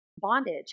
bondage